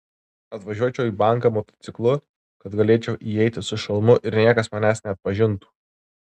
atvažiuočiau į banką motociklu kad galėčiau įeiti su šalmu ir niekas manęs neatpažintų